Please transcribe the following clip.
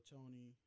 Tony